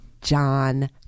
John